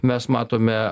mes matome